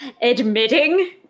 Admitting